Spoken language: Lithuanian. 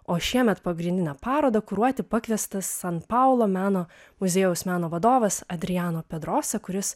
o šiemet pagrindinę parodą kuruoti pakviestas san paulo meno muziejaus meno vadovas adrijano pedrosa kuris